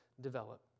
develop